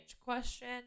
question